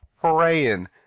praying